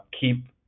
keep